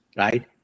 Right